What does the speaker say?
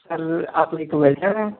sir आप एक welder हैं